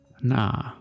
Nah